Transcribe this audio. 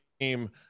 team